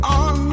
on